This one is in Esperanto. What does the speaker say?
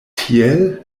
tiel